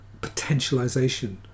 potentialization